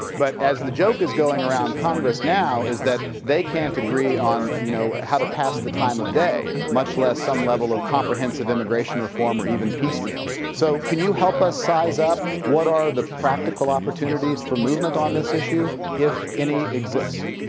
but as the joke is going around congress now is that they can't agree on, you know, how to pass the time of day, much less some level of comprehensive immigration reform or even piecemeal. so can you help us size up what are the practical opportunities for movement on this issue, if any exist?